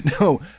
No